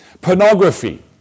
Pornography